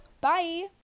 Bye